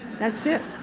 that's it.